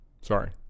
Sorry